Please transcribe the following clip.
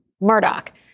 Murdoch